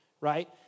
right